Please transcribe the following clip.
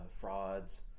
frauds